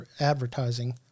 advertising